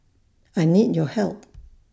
I need your help